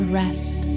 rest